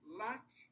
lunch